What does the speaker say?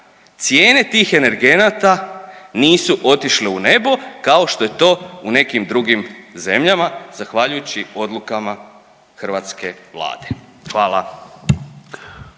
cijene tih energenata nisu otišle u nebo kao što je to u nekim drugim zemljama zahvaljujući odlukama hrvatske Vlade, hvala.